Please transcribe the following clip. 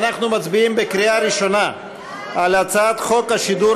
אנחנו מצביעים בקריאה ראשונה על הצעת חוק השידור